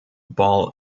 ball